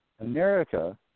America